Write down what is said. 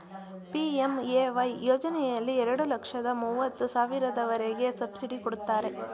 PMAY ಯೋಜನೆಯಲ್ಲಿ ಎರಡು ಲಕ್ಷದ ಮೂವತ್ತು ಸಾವಿರದವರೆಗೆ ಸಬ್ಸಿಡಿ ಕೊಡ್ತಾರೆ